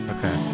Okay